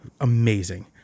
Amazing